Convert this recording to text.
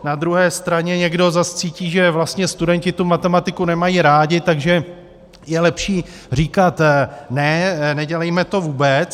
Na druhé straně někdo zase cítí, že studenti tu matematiku nemají rádi, tak je lepší říkat ne, nedělejme to vůbec.